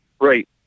Right